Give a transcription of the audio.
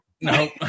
no